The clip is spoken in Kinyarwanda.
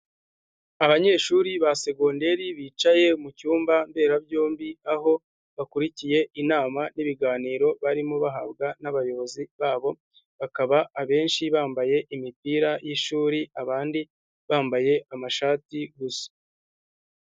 Abanyeshuri ba segonderi bicaye mu cyumba mberabyombi, aho bakurikiye inama n'ibiganiro barimo bahabwa n'abayobozi babo, bakaba abenshi bambaye imipira y'ishuri, abandi bambaye amashati gusa.